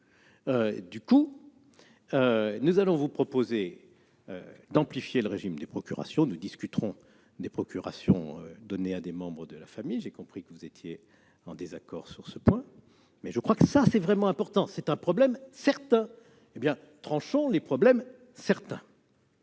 par conséquent vous proposer d'amplifier le régime des procurations- nous discuterons des procurations données à des membres de la famille ; j'ai compris que vous étiez en désaccord avec nous sur ce point. C'est vraiment important : c'est un problème certain- tranchons les problèmes certains